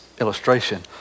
illustration